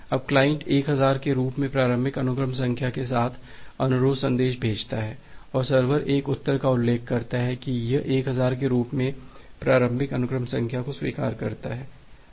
अब क्लाइंट 1000 के रूप में प्रारंभिक अनुक्रम संख्या के साथ अनुरोध संदेश भेजता है और सर्वर एक उत्तर का उल्लेख करता है कि यह 1000 के रूप में प्रारंभिक अनुक्रम संख्या को स्वीकार करता है